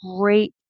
great